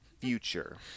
Future